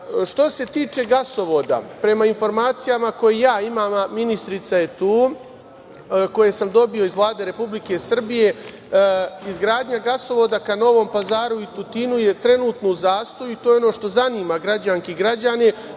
se tiče gasovoda, prema informacijama koje ja imam, a ministarka je tu, koje sam dobio iz Vlade Republike Srbije, izgradnja gasovoda ka Novom Pazaru i Tutinu je trenutno u zastoju, i to je ono što zanima građanke i građene,